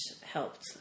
helped